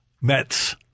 Mets